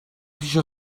پیش